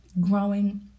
growing